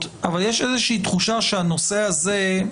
אבל יש איזו שהיא תחושה שהנושא הזה,